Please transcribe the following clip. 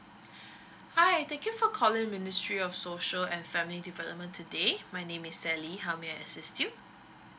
hi thank you for calling ministry of social and family development today my name is sally how may I assist you